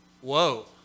whoa